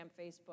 Facebook